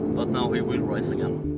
but now he will rise again.